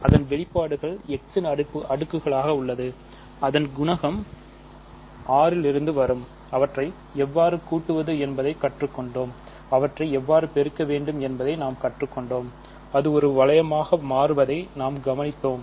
அதன் வெளிப்பாடுகள் x இன் அடுக்குகளாக உள்ளது அதன் குணகம் R இலிருந்து வரும் அவற்றை எவ்வாறு கூட்டுவது என்பதைக் கற்றுக்கொண்டோம் அவற்றை எவ்வாறு பெருக்க வேண்டும் என்பதை நாம் கற்றுக்கொண்டோம் அது ஒரு வளையமாக மாறுவதை நாம் கவனித்தோம்